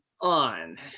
on